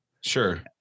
Sure